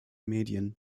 medien